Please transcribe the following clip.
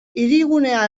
hirigunea